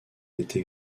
été